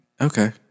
Okay